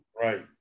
Right